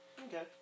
Okay